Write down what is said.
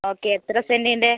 okay എത്ര സെൻറ്റിൻ്റെ